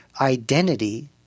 identity